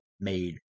made